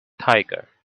tiger